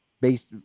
based